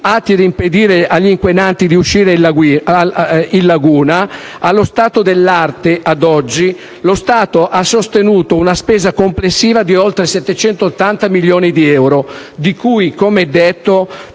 atti ad impedire agli inquinanti di uscire in laguna, ad oggi lo Stato ha sostenuto una spesa complessiva di oltre 780 milioni di euro, di cui, come detto,